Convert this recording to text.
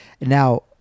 now